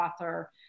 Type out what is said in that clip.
author